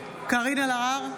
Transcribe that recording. קארין אלהרר,